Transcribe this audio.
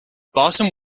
barton